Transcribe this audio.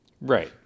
Right